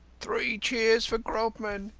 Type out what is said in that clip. three cheers for grodman!